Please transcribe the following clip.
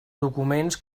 documents